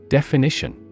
Definition